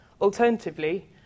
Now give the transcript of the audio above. Alternatively